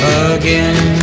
again